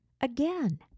again